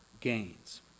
gains